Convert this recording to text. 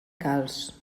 calç